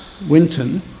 Winton